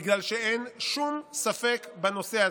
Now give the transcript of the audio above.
בגלל שאין שום ספק בנושא הזה.